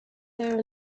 there